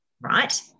right